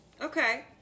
Okay